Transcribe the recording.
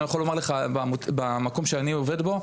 אני יכול לומר לך שבמקום שאני עובד בו,